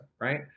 right